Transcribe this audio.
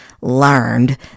learned